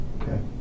Okay